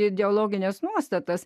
ideologines nuostatas